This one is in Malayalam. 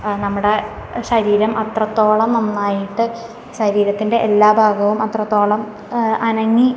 നമ്മുടെ ശരീരം അത്രത്തോളം നന്നായിട്ട് ശരീരത്തിൻ്റെ എല്ലാ ഭാഗവും അത്രത്തോളം അനങ്ങി